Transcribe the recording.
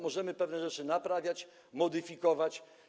Możemy pewne rzeczy naprawiać, modyfikować.